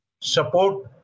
support